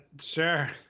sure